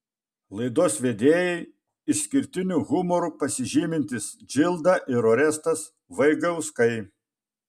laidos vedėjai išskirtiniu humoru pasižymintys džilda ir orestas vaigauskai